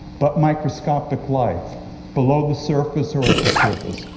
but microscopic life below the surface or at the surface.